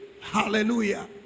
Hallelujah